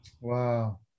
Wow